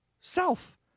Self